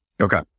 Okay